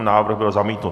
Návrh byl zamítnut.